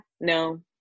no